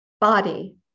body